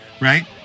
right